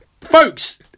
Folks